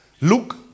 Luke